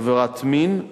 עבירת מין,